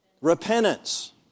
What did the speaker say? Repentance